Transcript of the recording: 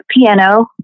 piano